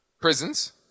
prisons